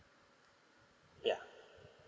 yeah